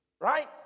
Right